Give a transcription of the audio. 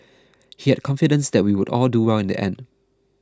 he had confidence that we would all do well in the end